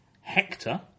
hector